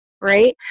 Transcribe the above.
Right